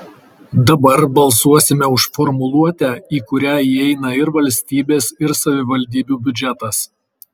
dabar balsuosime už formuluotę į kurią įeina ir valstybės ir savivaldybių biudžetas